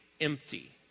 empty